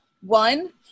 One